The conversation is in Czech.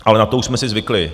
Ale na to už jsme si zvykli.